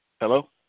Hello